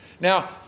Now